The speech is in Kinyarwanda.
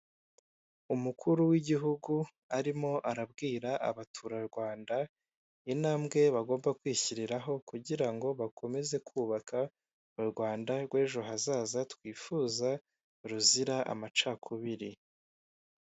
Umukuru w'igihugu arimo arabwira abatura Rwanda intambwe bagomba kwishyiriraho kugira ngo bakomeze kubaka u Rwanda rw'ejo hazaza twifuza ruzira amacakubiri.